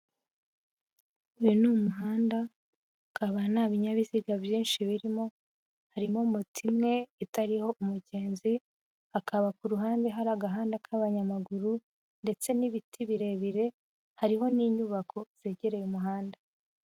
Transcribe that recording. Uyu ni umuhanda ukaba nta binyabiziga byinshi birimo, harimo moto imwe itariho umugenzi, akaba ku ruhande hari agahanda k'abanyamaguru ndetse n'ibiti birebire, hariho n'inyubako zegereye umuhanda.